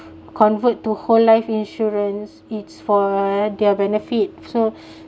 convert to whole life insurance it's for their benefit so